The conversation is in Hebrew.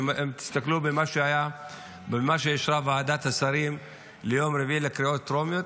אם תסתכלו במה שהיה ובמה שאישרה ועדת השרים ליום רביעי לקריאות טרומיות,